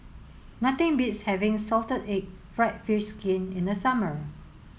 nothing beats having salted egg fried fish skin in the summer